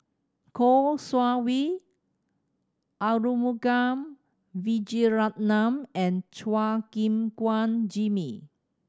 Kouo Shang Wei Arumugam Vijiaratnam and Chua Gim Guan Jimmy